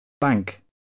Bank